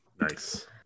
Nice